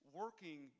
working